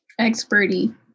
experty